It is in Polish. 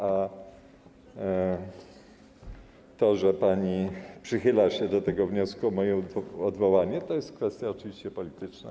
A to, że pani przychyla się do wniosku o moje odwołanie, to jest kwestia oczywiście polityczna.